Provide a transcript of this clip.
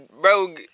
bro